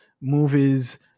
movies